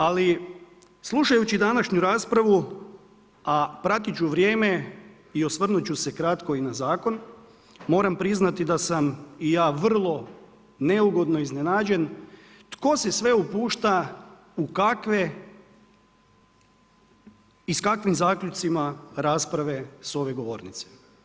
Ali slušajući današnju raspravu, a pratit ću vrijeme i osvrnut ću se kratko i na zakon, moram priznati da sam i ja vrlo neugodno iznenađen tko se sve upušta u kakve i s kakvim zaključcima rasprave s ove govornice.